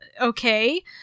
okay